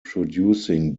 producing